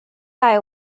guy